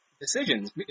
decisions